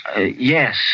Yes